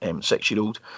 six-year-old